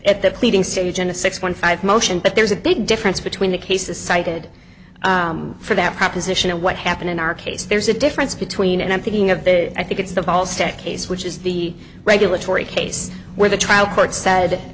in the pleadings to genesis one five motion but there's a big difference between the cases cited for that proposition and what happened in our case there's a difference between and i'm thinking of the i think it's the balls to case which is the regulatory case where the trial court said